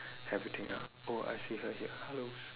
everything up oh I see her here hello